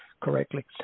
correctly